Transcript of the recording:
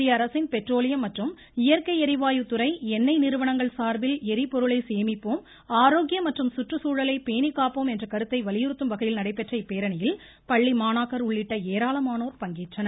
மத்தியஅரசின் பெட்ரோலியம் மற்றும் இயற்கை எரிவாயு துறை எண்ணெய் நிறுவனங்கள் சார்பில் எரி பொருளை சேமிப்போம் ஆரோக்கியம் மற்றும் சுற்றுச்சூழலை பேணிக்காப்போம் என்ற கருத்தை வலியுறுத்தும்வகையில் நடைபெற்ற இப்பேரணியில் பள்ளி மாணக்கர் உள்ளிட்ட ஏராளமானோர் பங்கேற்றனர்